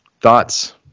Thoughts